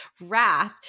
Wrath